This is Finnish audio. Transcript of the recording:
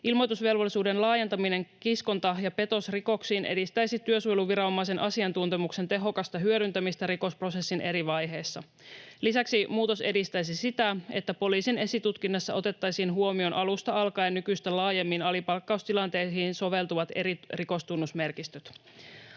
Ilmoitusvelvollisuuden laajentaminen kiskonta- ja petosrikoksiin edistäisi työsuojeluviranomaisen asiantuntemuksen tehokasta hyödyntämistä rikosprosessin eri vaiheissa. Lisäksi muutos edistäisi sitä, että poliisin esitutkinnassa otettaisiin huomioon alusta alkaen nykyistä laajemmin alipalkkaustilanteisiin soveltuvat eri rikostunnusmerkistöt.